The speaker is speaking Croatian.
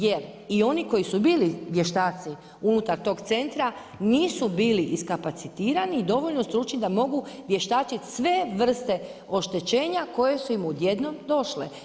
Jer i oni koji su bili vještaci unutar tog centra nisu bili iskapicitirani i dovoljno stručni da mogu vještačiti sve vrste oštećenja koje su odjednom došle.